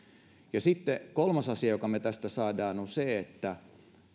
sitten kolmas asia jonka me tästä saamme on se että